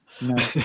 No